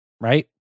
right